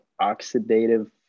oxidative